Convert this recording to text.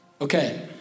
Okay